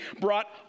brought